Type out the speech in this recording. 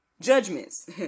Judgments